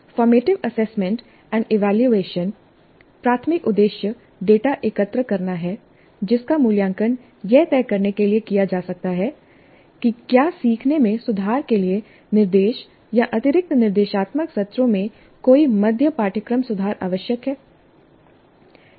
formative assessment and evaluation प्राथमिक उद्देश्य data एकत्र करना है जिसका मूल्यांकन यह तय करने के लिए किया जा सकता है कि क्या सीखने में सुधार के लिए निर्देश या अतिरिक्त निर्देशात्मक सत्रों में कोई मध्य पाठ्यक्रम सुधार आवश्यक है